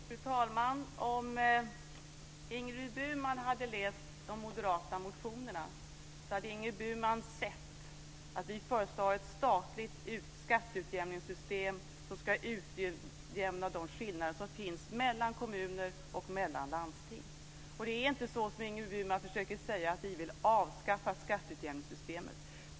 Fru talman! Om Ingrid Burman hade läst de moderata motionerna, hade Ingrid Burman sett att vi föreslagit ett statligt skatteutjämningssystem som ska utjämna de skillnader som finns mellan kommuner och mellan landsting. Det är inte så, som Ingrid Burman försöker säga, att vi vill avskaffa skatteutjämningssystemet.